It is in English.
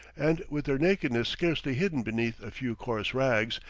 and with their nakedness scarcely hidden beneath a few coarse rags,